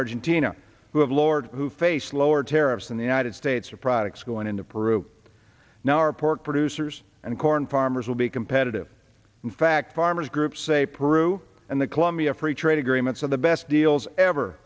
have lords who face lower tariffs in the united states are products going into peru now are pork producers and corn farmers will be competitive in fact farmers groups say peru and the colombia free trade agreements and the best deals ever